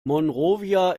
monrovia